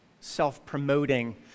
self-promoting